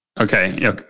Okay